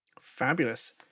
fabulous